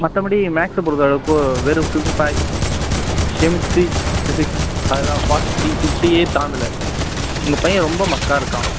மற்றபடி மேக்ஸை பொறுத்தளவுக்கு வெறும் ஃபிஃப்டி ஃபை கெமிஸ்ட்ரி ஃபிசிக்ஸ் அதல்லாம் ஃபாட்டி த்ரீ ஃபிஃப்டியே தாண்டலை உங்கள் பையன் ரொம்ப மக்காக இருக்கான்